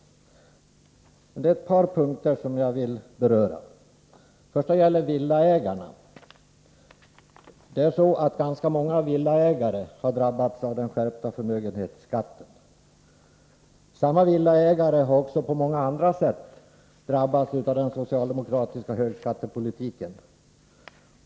Det är ett par saker som jag vill beröra. Jag börjar med villaägarna. Det är ganska många villaägare som drabbades av den skärpta förmögenhetsskatten. Samma villaägare har också på många andra sätt drabbats av den socialdemokratiska högskattepolitiken.